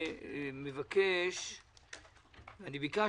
אני ביקשתי,